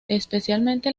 especialmente